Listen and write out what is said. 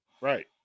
Right